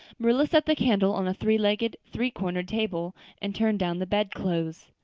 marilla set the candle on a three-legged, three-cornered table and turned down the bedclothes.